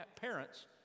parents